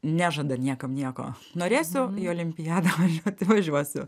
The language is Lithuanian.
nežada niekam nieko norėsiu į olimpiadą važiuot važiuosiu